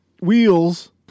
Wheels